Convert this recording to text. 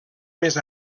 més